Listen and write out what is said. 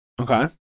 Okay